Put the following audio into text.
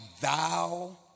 thou